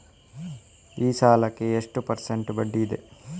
ಈ ಸಾಲಕ್ಕೆ ಎಷ್ಟು ಪರ್ಸೆಂಟ್ ಬಡ್ಡಿ ಇದೆ?